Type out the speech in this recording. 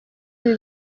ibi